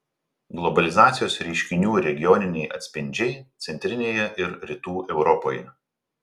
globalizacijos reiškinių regioniniai atspindžiai centrinėje ir rytų europoje